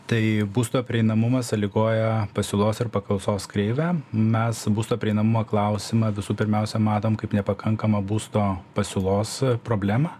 tai būsto prieinamumą sąlygoja pasiūlos ir paklausos kreivė mes būsto prieinamumo klausimą visų pirmiausia matom kaip nepakankamą būsto pasiūlos problemą